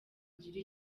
ugire